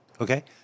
okay